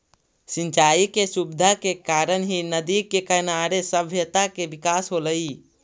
सिंचाई के सुविधा के कारण ही नदि के किनारे सभ्यता के विकास होलइ